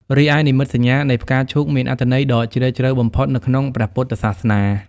រីឯនិមិត្តសញ្ញានៃ ផ្កាឈូកមានអត្ថន័យដ៏ជ្រាលជ្រៅបំផុតនៅក្នុងព្រះពុទ្ធសាសនា។